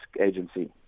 agency